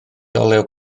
olew